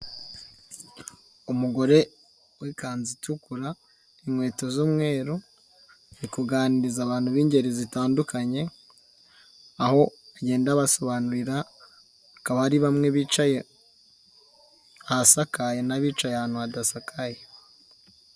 Umugore w'ikanzu itukura, inkweto z'umweru, ari kuganiriza abantu b'ingeri zitandukanye. Aho bagenda basobanurira, hakaba hari bamwe bicaye ahasakaye n'abicaye ahantu hadasakaye.